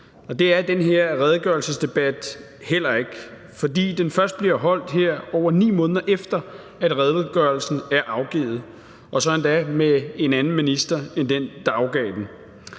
det er den her redegørelsesdebat heller ikke, fordi den først bliver holdt, over 9 måneder efter at redegørelsen er afgivet – og så endda med en anden minister end den, der afgav den.